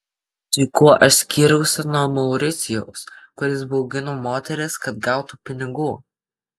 tai kuo aš skyriausi nuo mauricijaus kuris baugino moteris kad gautų pinigų